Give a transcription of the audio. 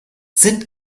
sind